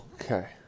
Okay